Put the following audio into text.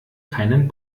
keinen